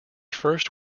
first